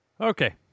Okay